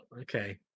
Okay